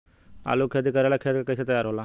आलू के खेती करेला खेत के कैसे तैयारी होला?